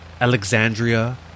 Alexandria